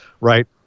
Right